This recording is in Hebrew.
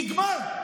נגמר,